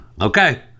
okay